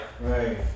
Right